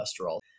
cholesterol